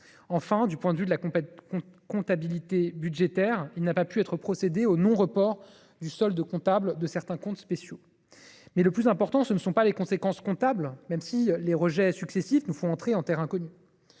Enfin, du point de vue de la comptabilité budgétaire, il n’a pas pu être procédé au non report du solde comptable de certains comptes spéciaux. Toutefois, le plus important, ce ne sont pas les conséquences comptables, même si les rejets successifs nous font entrer en terre inconnue.